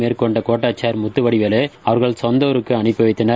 மேற்கொண்ட கோட்டாட்சியர் முத்துவடிவேலு அவர்களை சொந்த ஊருக்கு அவர்பி வைத்தார்